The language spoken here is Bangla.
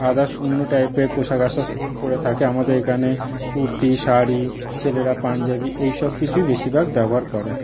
আদারস অন্য টাইপের পোশাক আশাস পরে থাকে আমাদের এইখানে কুর্তি শাড়ি ছেলেরা পাঞ্জাবি এই সব কিছুই বেশিরভাগ ব্যবহার করে